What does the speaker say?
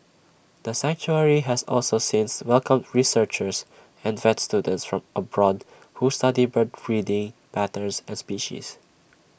the sanctuary has also since welcomed researchers and vet students from abroad who study bird breeding patterns and species